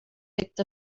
picked